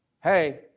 hey